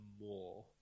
more